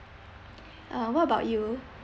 uh what about you